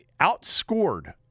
outscored